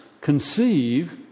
conceive